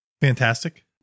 fantastic